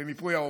ולמפות אותם.